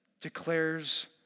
declares